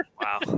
wow